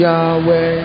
Yahweh